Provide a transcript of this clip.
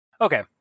Okay